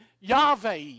Yahweh